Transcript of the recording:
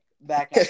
Back